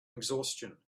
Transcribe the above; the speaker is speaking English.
exhaustion